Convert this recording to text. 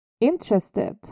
interested